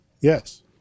Yes